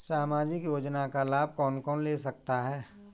सामाजिक योजना का लाभ कौन कौन ले सकता है?